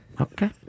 Okay